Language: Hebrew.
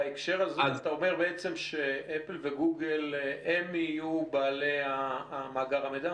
בהקשר הזה אתה אומר שאפל וגוגל יהיו בעלי מאגר המידע?